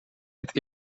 het